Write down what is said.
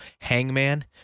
Hangman